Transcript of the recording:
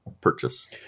purchase